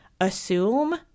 assume